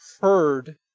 heard